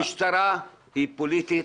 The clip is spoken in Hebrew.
המשטרה היא פוליטית,